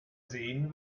sehen